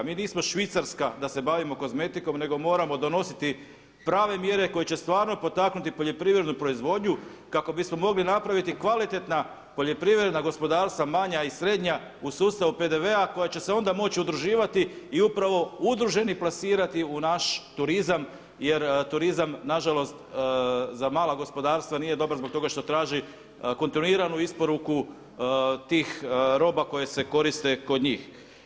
Mi nismo Švicarska da se bavimo kozmetikom nego moramo donositi prave mjere koje će stvarno potaknuti poljoprivrednu proizvodnju kako bismo mogli napraviti kvalitetna poljoprivredna gospodarstva manja i srednja u sustavu PDV-a koja će se onda moći udruživati i upravo udruženi plasirati u naš turizam jer turizam nažalost za mala gospodarstva nije dobar zbog toga što traži kontinuiranu isporuku tih roba koje se koriste kod njih.